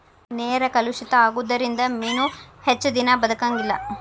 ನೇರ ಕಲುಷಿತ ಆಗುದರಿಂದ ಮೇನು ಹೆಚ್ಚದಿನಾ ಬದಕಂಗಿಲ್ಲಾ